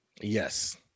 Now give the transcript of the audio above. Yes